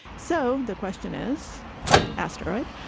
so the question is asteroid.